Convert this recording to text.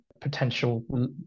potential